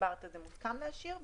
מוסכם להשאיר.